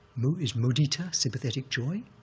mu is mudita, sympathetic joy.